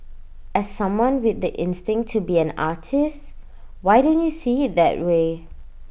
as someone with the instinct to be an artist why don't you see IT that way